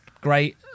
great